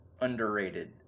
underrated